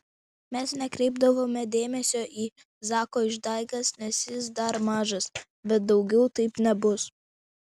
mes nekreipdavome dėmesio į zako išdaigas nes jis dar mažas bet daugiau taip nebus